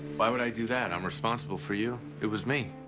why would i do that? i'm responsible for you, it was me.